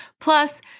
Plus